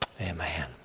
Amen